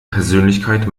persönlichkeit